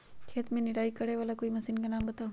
खेत मे निराई करे वाला कोई मशीन के नाम बताऊ?